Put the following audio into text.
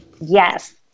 Yes